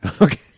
Okay